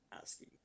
asking